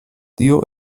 tio